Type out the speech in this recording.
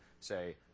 say